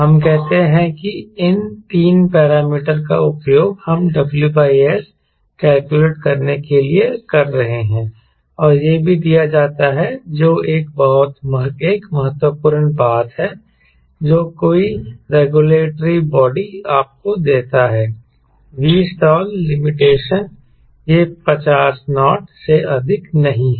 हम कहते हैं कि इन 3 पैरामीटर का उपयोग हम WS कैलकुलेट करने के लिए कर रहे हैं और यह भी दिया जाता है जो एक और बहुत महत्वपूर्ण बात है जो कोई रेगुलेटरी बॉडी आपको देता है Vstall लिमिटेशन यह 50 नॉट से अधिक नहीं है